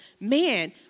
man